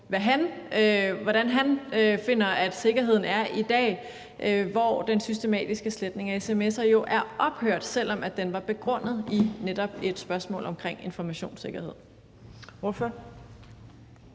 hvordan han finder at sikkerheden er i dag, hvor den systematiske sletning af sms'er jo er ophørt, selv om den var begrundet i netop et spørgsmål omkring informationssikkerhed.